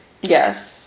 yes